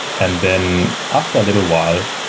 and then after little while,